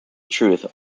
truth